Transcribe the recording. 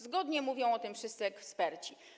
Zgodnie mówią o tym wszyscy eksperci.